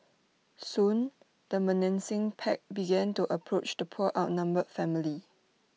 soon the menacing pack began to approach the poor outnumbered family